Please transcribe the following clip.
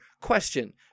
question